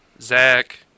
Zach